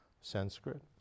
Sanskrit